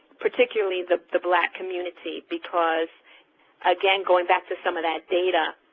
particularly the the black community, because again going back to some of that data,